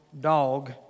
dog